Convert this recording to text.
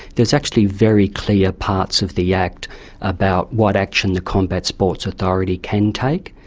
there is actually very clear parts of the act about what action the combat sports authority can take,